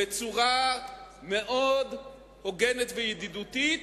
בצורה מאוד הוגנת וידידותית,